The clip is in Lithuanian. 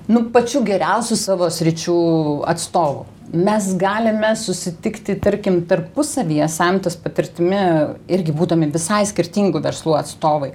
nu pačių geriausių savo sričių atstovų mes galime susitikti tarkim tarpusavyje semtis patirtimi irgi būdami visai skirtingų verslų atstovai